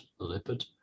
lipid